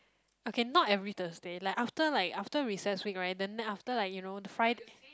okay not every Thursday like after like after recess week right then after like you know the Fri